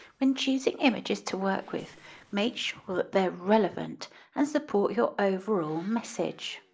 when choosing images to work with make sure they are relevant and support your overall message.